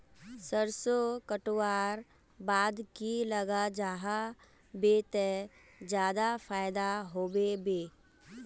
सरसों कटवार बाद की लगा जाहा बे ते ज्यादा फायदा होबे बे?